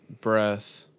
breath